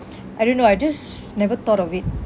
I don't know I just never thought of it